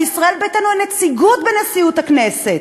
לישראל ביתנו אין נציגות בנשיאות הכנסת,